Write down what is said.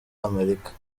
amerika